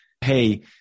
hey